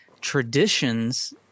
traditions